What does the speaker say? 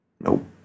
Nope